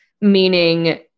meaning